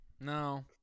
No